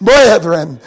Brethren